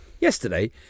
yesterday